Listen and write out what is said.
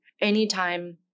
anytime